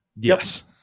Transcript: yes